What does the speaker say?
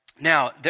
Now